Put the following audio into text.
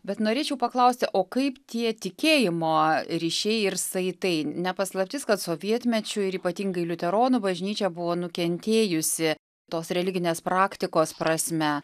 bet norėčiau paklausti o kaip tie tikėjimo ryšiai ir saitai ne paslaptis kad sovietmečiu ir ypatingai liuteronų bažnyčia buvo nukentėjusi tos religinės praktikos prasme